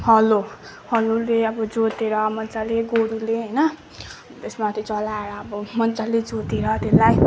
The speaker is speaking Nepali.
हलो हलोले अब जोतेर मज्जाले गोरुले होइन त्यसमाथि चलाएर अब मज्जाले जोतेर त्यसलाई